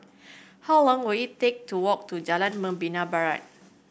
how long will it take to walk to Jalan Membina Barat